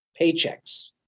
paychecks